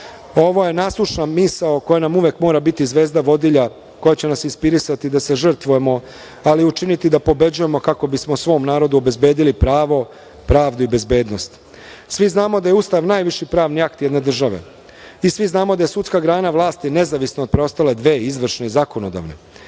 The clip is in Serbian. Ovo je nasušna misao koja nam uvek mora biti zvezda vodilja, koja će nas inspirisati da se žrtvujemo, ali učiniti da pobeđujemo kako bismo svom narodu obezbedili pravo, pravdu i bezbednost. Svi znamo da je Ustav najviši pravni akt jedne države i svi znamo da je sudska grana vlasti nezavisna od preostale dve, izvršne i zakonodavne.